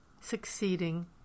succeeding